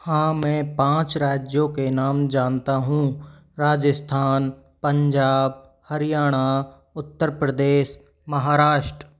हाँ मैं पाँच राज्यों के नाम जानता हूँ राजस्थान पंजाब हरियाणा उत्तर प्रदेश महाराष्ट्र